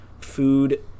food